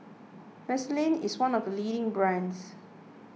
Vaselin is one of the leading brands